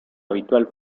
habitual